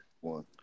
one